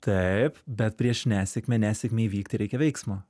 taip bet prieš nesėkmę nesėkmei įvykti reikia veiksmo